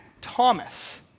Thomas